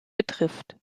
betrifft